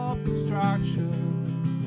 distractions